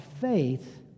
faith